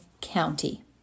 County